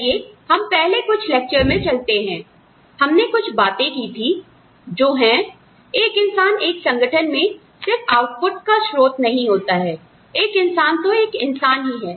चलिए हम पहले कुछ लेक्चर में चलते हैं हमने कुछ बातें की थी जो है एक इंसान एक संगठन में सिर्फ आउटपुट का स्रोत नहीं होता है एक इंसान तो एक इंसान ही है